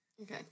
Okay